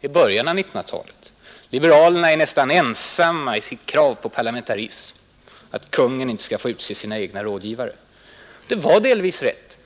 i början av 1900-talet: Liberalerna var nästan ensamma i kravet på parlamentarism och på att kungen inte skulle få utse sina egna rådgivare. Det var delvis rätt.